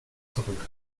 zurück